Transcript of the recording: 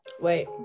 Wait